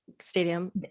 Stadium